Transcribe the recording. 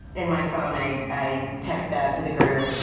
in my phone, i i text out to the group,